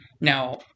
Now